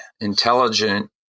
intelligent